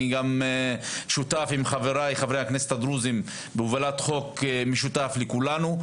אני גם שותף עם חבריי חברי הכנסת הדרוזים בהובלת חוק משותף לכולנו.